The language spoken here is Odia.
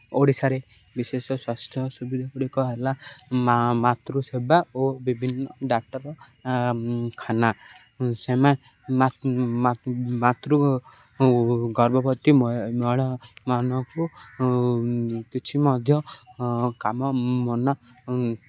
ଓଡ଼ିଶାରେ ବିଶେଷ ସ୍ୱାସ୍ଥ୍ୟ ସୁବିଧାଗୁଡ଼ିକ ହେଲା ମାତୃସେବା ଓ ବିଭିନ୍ନ ଡାକ୍ତର ଖାନା ସେମାନେ ମାତୃ ଗର୍ଭବତୀ ମହିଳାମାନଙ୍କୁ କିଛି ମଧ୍ୟ କାମ ମନା